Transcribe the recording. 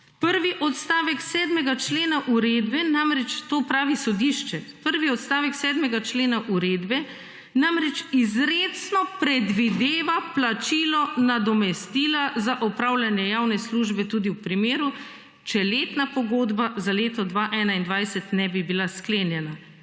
Prvi odstavek 7. člena uredbe namreč to pravi sodišče, prvi odstavek 7. člena uredbe namreč izrecno predvideva plačilo nadomestila za opravljanje javne službe tudi v primeru, če letna pogodba za leto 2021 ne bi bila sklenjena.